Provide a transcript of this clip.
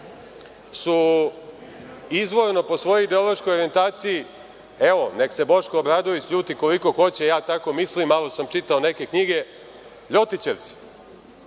su izvorno, po svojoj ideološkoj orijentaciji, evo nek se Boško Obradović ljuti koliko hoće, ja tako mislim, malo sam čitao neke knjige, Ljotićevci.